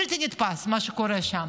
בלתי נתפס מה שקורה שם.